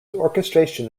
orchestration